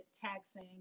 taxing